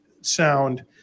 sound